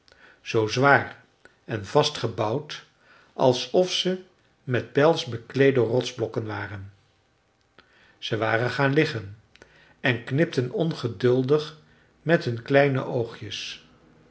zoo zwaar en vast gebouwd alsof ze met pels bekleede rotsblokken waren ze waren gaan liggen en knipten ongeduldig met hun kleine oogjes